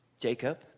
Jacob